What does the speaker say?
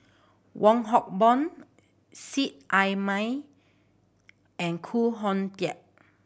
Wong Hock Boon Seet Ai Mee and Khoo Oon Teik